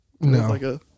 no